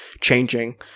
changing